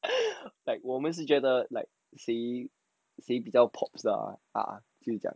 like 我们是觉得 like saying saying 比较 popular lah ah 就这样